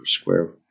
square